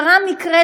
קרה מקרה,